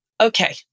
Okay